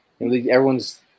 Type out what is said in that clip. everyone's